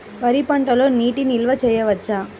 వరి పంటలో నీటి నిల్వ చేయవచ్చా?